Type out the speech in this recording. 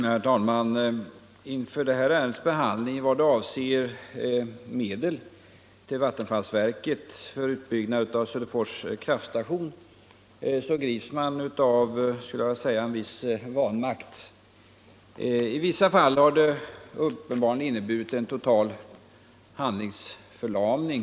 Herr talman! Inför det här ärendets behandling i vad avser medel till vattenfallsverket för utbyggnad av Söderfors kraftstation grips man av en viss vanmakt. I vissa fall har det uppenbarligen inneburit en total handlingsförlamning.